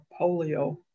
polio